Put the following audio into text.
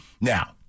Now